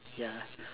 ya